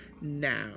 Now